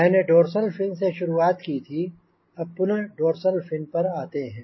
मैंने dorsal fin से शुरुआत की थी अब पुनः डोर्सल फिन पर आते हैं